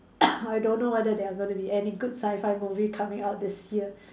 I don't know whether they are gonna be any good Sci-Fi movie coming out this year